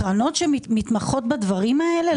קרנות שמתמחות בדרכים האלה,